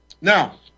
Now